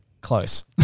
Close